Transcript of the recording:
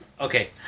Okay